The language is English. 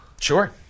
Sure